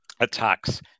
Attacks